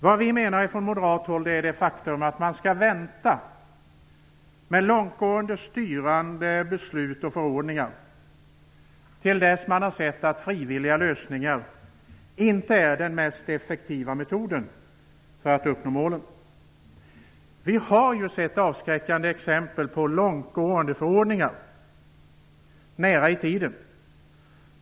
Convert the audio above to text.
Vad vi från moderat håll menar är att man skall vänta med långtgående styrande beslut och förordningar till dess att man har sett att frivilliga lösningar inte är den mest effektiva metoden för att uppnå målen. Vi har ju sett avskräckande exempel på långtgående förordningar nära i tiden.